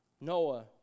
Noah